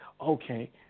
okay